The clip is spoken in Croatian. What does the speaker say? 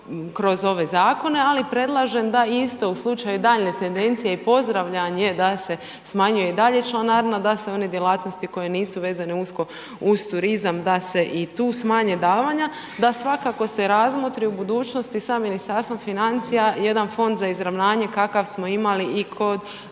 .../Govornik se ne razumije./... u slučaju daljnje tendencije i pozdravljanje da se smanjuje i dalje članarina, da se one djelatnosti koje nisu vezane usko uz turizam da se i tu smanje davanja, da svakako se razmotri u budućnosti sa Ministarstvom financija jedan Fond za izravnanje kakav smo imali i kod